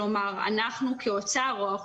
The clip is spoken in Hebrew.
כלומר אנחנו כמשרד האוצר,